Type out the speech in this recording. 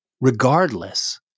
Regardless